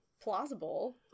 plausible